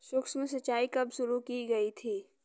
सूक्ष्म सिंचाई कब शुरू की गई थी?